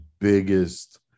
biggest